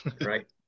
Right